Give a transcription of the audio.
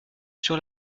sur